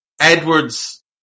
Edwards